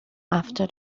after